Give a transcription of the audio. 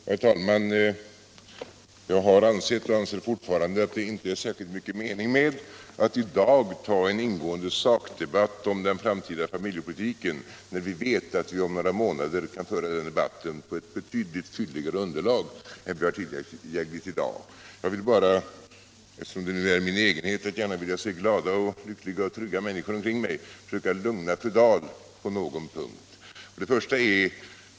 Herr talman! Jag har ansett och jag anser fortfarande att det inte är särskilt stor mening med att i dag föra en ingående sakdebatt om den framtida familjepolitiken, när vi vet att vi om några månader kan föra den debatten på ett betydligt fylligare underlag än som nu är tillgängligt. Eftersom det är min egenhet att jag gärna vill se glada, lyckliga och trygga människor omkring mig, vill jag försöka lugna fru Dahl på någon punkt.